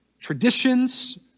Traditions